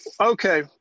Okay